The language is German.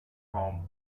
raum